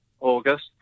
August